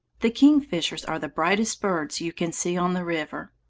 the kingfishers are the brightest birds you can see on the river.